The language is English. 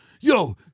Yo